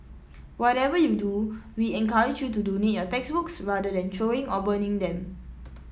whatever you do we encourage you to donate your textbooks rather than throwing or burning them